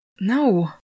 no